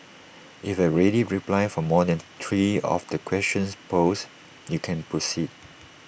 if you have A ready reply for more than three of the questions posed you can proceed